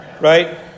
Right